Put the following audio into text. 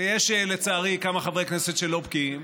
ויש לצערי כמה חברי כנסת שלא בקיאים,